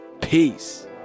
Peace